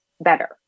better